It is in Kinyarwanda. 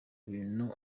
bintu